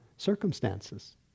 Circumstances